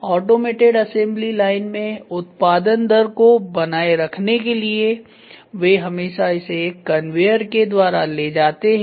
automated assembly line में उत्पादन दर को बनाए रखने के लिए वे हमेशा इसे एक कन्वेयर के द्वारा ले जाते हैं